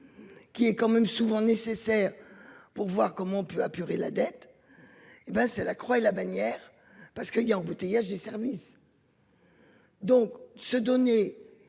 Qui est quand même souvent nécessaires. Pour voir comment on peut apurer la dette. Et ben c'est la croix et la bannière. Parce qu'il y a embouteillage des services. Donc se donner